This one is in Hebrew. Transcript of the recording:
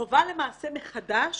חווה מחדש